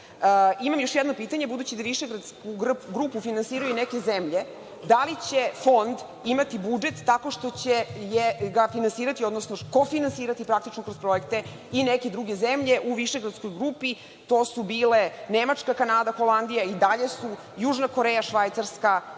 još jedno pitanje, budući da Višegradsku grupu finansiraju neke zemlje, da li će Fond imati budžet tako što će ga finansirati, odnosno kofinansirati praktično kroz projekte i neke druge zemlje u Višegradskoj grupi, to su bile Nemačka, Kanada, Holandija i dalje su Južna Koreja, Švajcarska